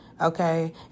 okay